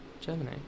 Germany